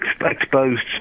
exposed